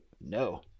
no